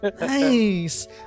nice